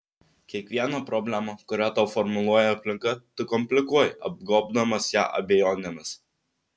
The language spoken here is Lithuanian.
kiekvieną problemą kurią tau formuluoja aplinka tu komplikuoji apgobdamas ją abejonėmis